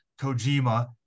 Kojima